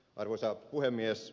arvoisa puhemies